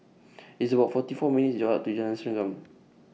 It's about forty four minutes' Walk to Jalan Serengam